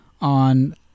on